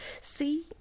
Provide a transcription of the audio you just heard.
see